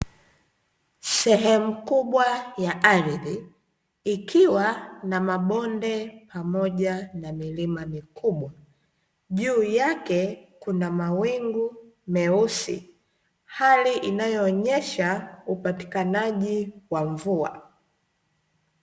Sehemu kubwa ya ardhi, ikiwa na mabonde pamoja na milima mikubwa, juu yake kuna mawingu meusi, hali inayoonyesha upatikanaji wa mvua.